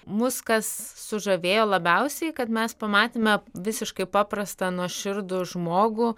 mus kas sužavėjo labiausiai kad mes pamatėme visiškai paprastą nuoširdų žmogų